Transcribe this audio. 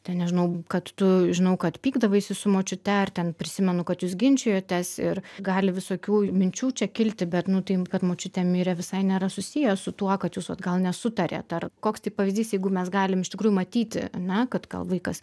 ten nežinau kad tu žinau kad pykdavaisi su močiute ar ten prisimenu kad jūs ginčijotės ir gali visokių minčių čia kilti bet nu tai kad močiutė mirė visai nėra susiję su tuo kad jūs vat gal nesutarėt ar koks tai pavyzdys jeigu mes galim iš tikrųjų matyti ar ne kad gal vaikas